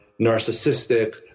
narcissistic